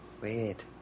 weird